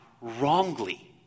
wrongly